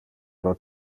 pro